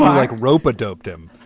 like ropa doped him.